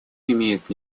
имеет